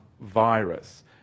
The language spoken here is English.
virus